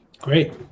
Great